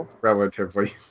relatively